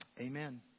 Amen